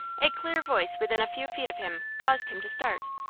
a clear voice within a few feet of him caused him to start.